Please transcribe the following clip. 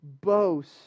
boast